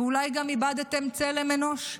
ואולי איבדתם גם צלם אנוש.